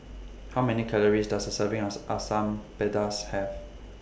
How Many Calories Does A Serving US Asam Pedas Have